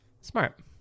Smart